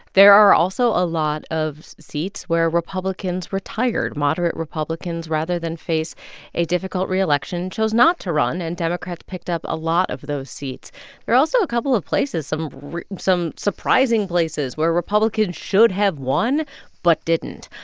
there are also a lot of seats where republicans retired. moderate republicans, rather than face a difficult re-election, chose not to run. and democrats picked up a lot of those seats. there are also a couple of places some some surprising places where republicans should have won but didn't.